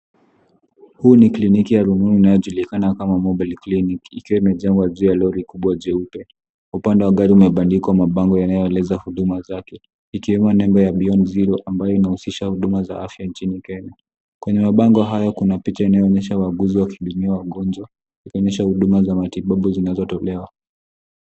Huu ni kliniki ya rununu inayojulikana kama Mobile Clinic ikiwa imejengwa juu ya lori kubwa jeupe. Upande wa gari umebandikwa mabango yanayoeleza huduma zake; ikiwemo nembo ya Beyond Zero ambayo inahusisha huduma za afya nchini Kenya. Kwenye mabango haya kuna picha inayoonyesha wauguzi wakihudumia wagonjwa kuonyesha huduma za matibabu zinazotolewa.